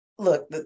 Look